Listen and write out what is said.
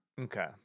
okay